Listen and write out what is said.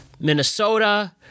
Minnesota